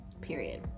period